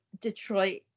Detroit